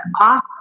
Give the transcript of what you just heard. off